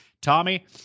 Tommy